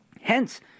Hence